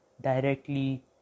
directly